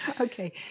Okay